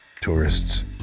tourists